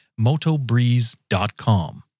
Motobreeze.com